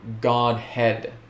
Godhead